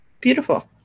Beautiful